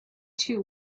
two